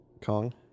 Kong